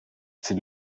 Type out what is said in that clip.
sie